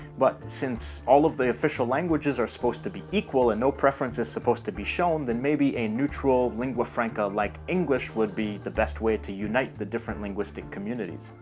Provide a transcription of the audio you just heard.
but, since all of the official languages are supposed to be equal and no preference is supposed to be shown, then maybe a neutral lingua franca like english would be the best way to unite the different linguistic communities.